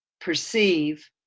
perceive